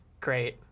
great